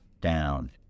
down